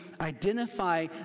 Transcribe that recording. identify